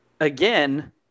Again